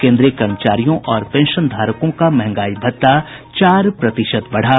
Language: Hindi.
केन्द्रीय कर्मचारियों और पेंशनधारकों का महंगाई भत्ता चार प्रतिशत बढ़ा